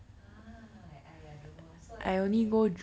!huh! !aiya! don't know so anyway